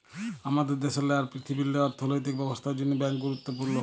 আমাদের দ্যাশেল্লে আর পীরথিবীল্লে অথ্থলৈতিক ব্যবস্থার জ্যনহে ব্যাংক গুরুত্তপুর্ল